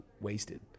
wasted